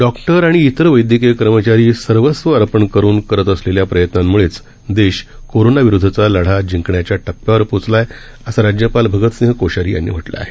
डॉक्टरआणिइतरवैदयकीयकर्मचारीसर्वस्वअर्पणकरूनकरतअसलेल्याप्रयत्नांमुळेचदेशकोरोनाविरुदधचाल ढाजिंकण्याच्याटप्प्यावरपोचलाआहे असंराज्यपालभगतसिंहकोश्यारीयांनीम्हटलंआहे